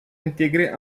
intégré